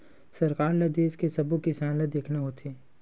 सरकार ल देस के सब्बो किसान ल देखना होथे